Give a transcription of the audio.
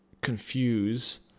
confuse